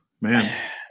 Man